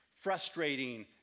frustrating